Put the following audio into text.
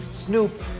Snoop